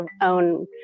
own